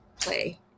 play